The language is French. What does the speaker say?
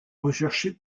recherchés